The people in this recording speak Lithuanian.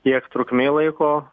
tiek trukmė laiko